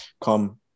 come